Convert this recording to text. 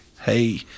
hey